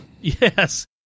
yes